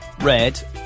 red